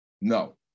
No